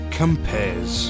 compares